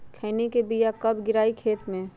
खैनी के बिया कब गिराइये खेत मे?